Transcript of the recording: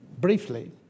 briefly